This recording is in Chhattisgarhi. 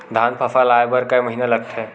धान फसल आय बर कय महिना लगथे?